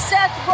Seth